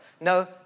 No